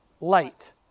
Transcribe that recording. light